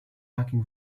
backing